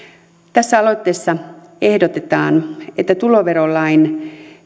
tässä aloitteessa ehdotetaan että tuloverolain